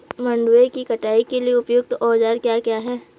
मंडवे की कटाई के लिए उपयुक्त औज़ार क्या क्या हैं?